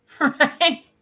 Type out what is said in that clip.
Right